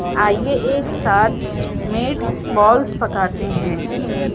آئیے ایک ساتھ میٹ بالز پکاتے ہیں